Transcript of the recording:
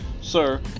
sir